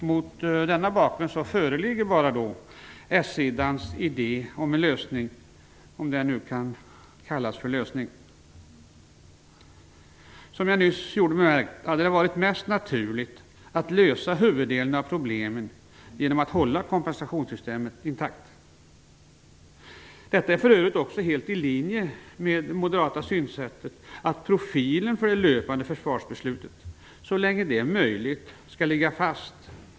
Mot denna bakgrund föreligger bara s-sidans idé om en lösning, om den nu kan kallas för lösning. Som jag nyss gjorde bemärkt hade det varit mest naturligt att lösa huvuddelen av problemet genom att hålla kompensationssystemet intakt. Detta är för övrigt också helt i linje med det moderata synsättet att profilen för det löpande försvarsbeslutet så länge det är möjligt skall ligga fast.